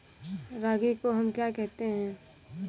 रागी को हम क्या कहते हैं?